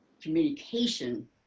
communication